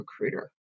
recruiter